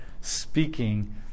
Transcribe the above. speaking